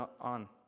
on